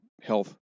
health